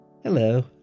Hello